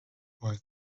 boy